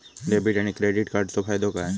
Debit आणि credit कार्डचो फायदो काय?